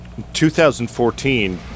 2014